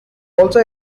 also